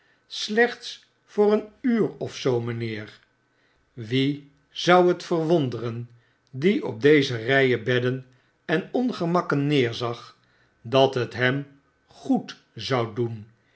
slechts voor een uur of zoo mynheer wien zou het verwonderen die op deze ryen bedden en ongemakken neerzag dat het hem goed zou doen